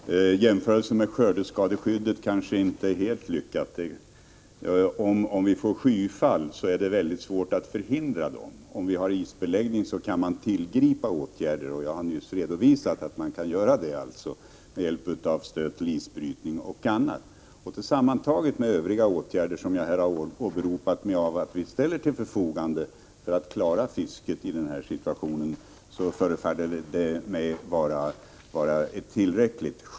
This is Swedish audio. Herr talman! Jämförelsen med skördeskadeskyddet kanske inte är helt lyckad. Om man får skyfall är det mycket svårt att förhindra det. Om man har en isbeläggning kan man tillgripa åtgärder. Jag har nyss redovisat att man bl.a. kan ge stöd till isbrytning. Sammantaget med övriga åtgärder som jag har åberopat att vi använder för att klara fisket vid sådana här situationer förefaller mig skyddet vara tillräckligt.